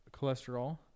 cholesterol